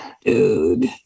Dude